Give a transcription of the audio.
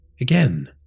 Again